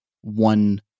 one